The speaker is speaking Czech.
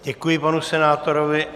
Děkuji panu senátorovi.